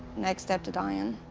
next step to dying.